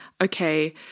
okay